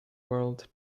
world